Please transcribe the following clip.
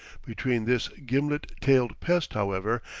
between this gimlet-tailed pest, however,